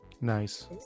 nice